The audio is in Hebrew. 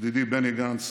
ידידי בני גנץ,